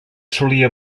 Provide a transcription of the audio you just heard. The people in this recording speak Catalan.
solia